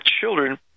children